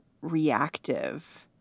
reactive